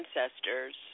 ancestors